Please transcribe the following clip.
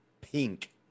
pink